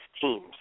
teams